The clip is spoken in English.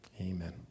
Amen